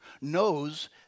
knows